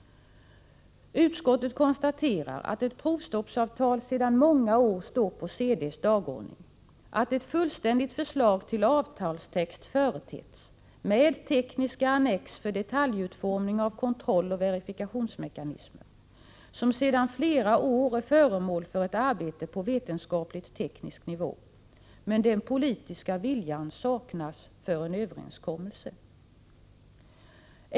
Utskottet konstaterar att ett provstoppsavtal sedan många år tillbaka står på CD:s dagordning, att ett fullständigt förslag till avtalstext har företetts med tekniska annex för detaljutformning av kontroll och verifikationsmekanismer, som sedan flera år tillbaka är föremål för ett arbete på vetenskapligt teknisk nivå. Men den politiska viljan för en överenskommelse saknas.